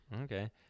Okay